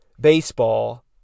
baseball